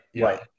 Right